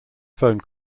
phone